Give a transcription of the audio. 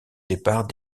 départ